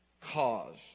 cause